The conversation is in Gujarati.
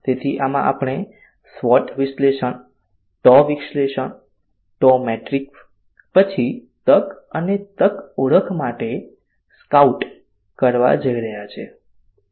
તેથી આમાં આપણે SWOT વિશ્લેષણ TOW મેટ્રિક્સ પછી તક અને તક ઓળખ માટે સ્કાઉટ કરવા જઈ રહ્યા છીએ